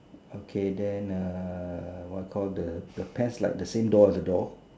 okay then err what call the the pants like the same door as the door